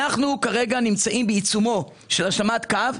אנחנו בעיצומה כרגע של השלמת קו,